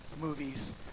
Movies